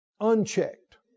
unchecked